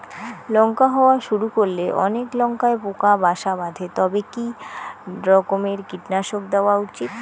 লঙ্কা হওয়া শুরু করলে অনেক লঙ্কায় পোকা বাসা বাঁধে তবে কি রকমের কীটনাশক দেওয়া উচিৎ?